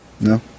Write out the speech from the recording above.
No